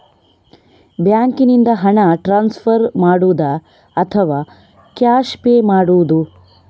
ಬ್ಯಾಂಕಿನಿಂದ ಹಣ ಟ್ರಾನ್ಸ್ಫರ್ ಮಾಡುವುದ ಅಥವಾ ಕ್ಯಾಶ್ ಪೇ ಮಾಡುವುದು?